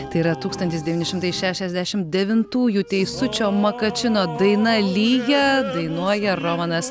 tai yra tūkstantis devyni šimtai šešiasdešimt devintųjų teisučio makačino daina lyja dainuoja romanas